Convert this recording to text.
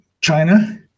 China